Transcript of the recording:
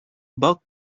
bob